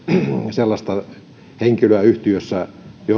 sellaista henkilöä yhtiössä